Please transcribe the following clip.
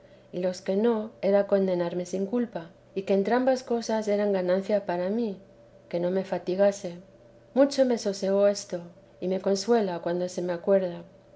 y los que no era condenarme sin culpa y que ambas cosas eran ganancia para mí que no me fatigase mucho me sosegó esto y me consuela cuando se me acuerda